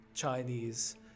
Chinese